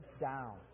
down